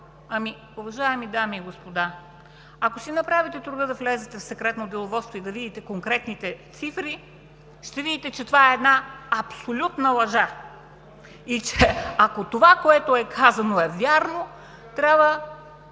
Уважаеми дами и господа, ако си направите труда да влезете в „Секретно деловодство“ и да видите конкретните цифри, ще видите, че това е една абсолютна лъжа! Ако това, което е казано, е вярно, трябва